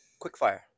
Quickfire